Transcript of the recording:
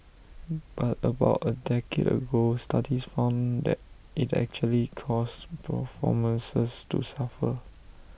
but about A decade ago studies found that IT actually caused performances to suffer